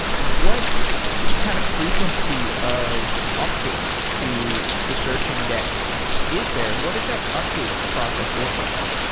what kind of frequency of updates to the search index is there and what is that update process look like?